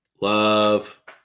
Love